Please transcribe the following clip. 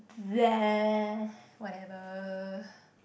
whatever